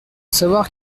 savoir